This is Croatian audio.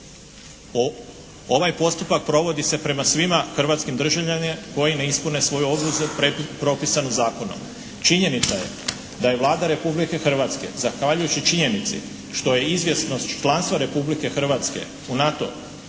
Ovaj postupak provodi se prema svima hrvatskim državljanima koji ne ispune svoju obvezu propisanu zakonom. Činjenica je da je Vlada Republike Hrvatske zahvaljujući činjenici što je izvjesnost članstva Republike Hrvatske u NATO